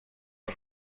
بود